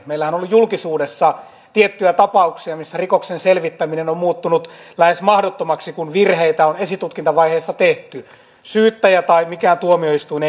meillähän on ollut julkisuudessa tiettyjä tapauksia missä rikoksen selvittäminen on on muuttunut lähes mahdottomaksi kun virheitä on esitutkintavaiheessa tehty syyttäjä tai mikään tuomioistuin